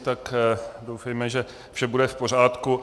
Tak doufejme, že vše bude v pořádku.